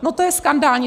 No to je skandální!